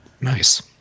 Nice